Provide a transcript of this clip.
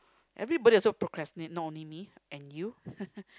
everybody also procrastinate not only me and you